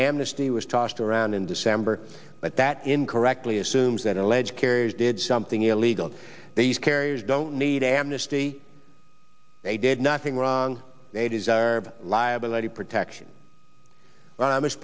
amnesty was tossed around in december but that incorrectly assumes that alleged carriers did something illegal these carriers don't need amnesty they did nothing wrong a desirable liability protection amish